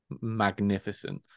magnificent